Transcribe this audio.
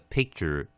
Picture